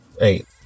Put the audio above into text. eight